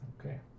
Okay